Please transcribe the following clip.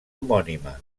homònima